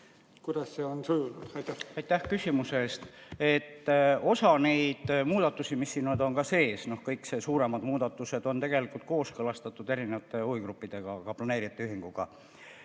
Kuidas see on sujunud?